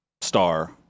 star